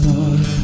Lord